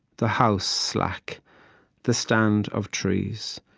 the house slack the stand of trees,